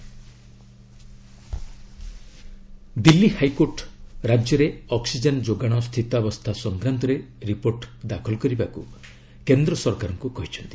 HC oxygen Delhi high court ରାଜ୍ୟରେ ଅକ୍କିଜେନ୍ ଯୋଗାଣ ସ୍ଥିତାବସ୍ଥା ସଂକ୍ରାନ୍ତରେ ରିପୋର୍ଟ ଦାଖଲ କରିବାକୁ କେନ୍ଦ୍ର ସରକାରଙ୍କୁ କହିଛନ୍ତି